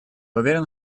уверен